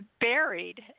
buried